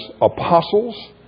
apostles